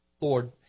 Lord